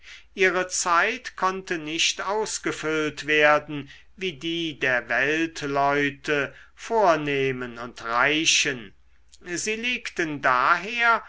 ihre zeit konnte nicht ausgefüllt werden wie die der weltleute vornehmen und reichen sie legten daher